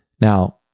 Now